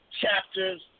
chapters